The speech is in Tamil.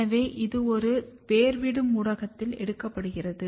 எனவே இது ஒரு வேர்விடும் ஊடகத்தில் எடுக்கப்படுகிறது